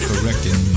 correcting